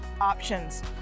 options